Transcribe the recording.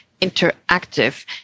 interactive